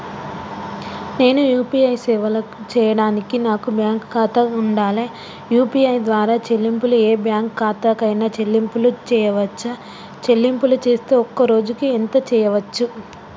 నేను యూ.పీ.ఐ సేవలను చేయడానికి నాకు బ్యాంక్ ఖాతా ఉండాలా? యూ.పీ.ఐ ద్వారా చెల్లింపులు ఏ బ్యాంక్ ఖాతా కైనా చెల్లింపులు చేయవచ్చా? చెల్లింపులు చేస్తే ఒక్క రోజుకు ఎంత చేయవచ్చు?